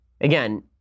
Again